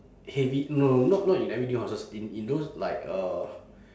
heavy no no not not in everyday houses in in those like uh